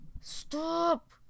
stop